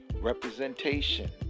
representation